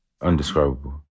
Undescribable